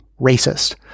racist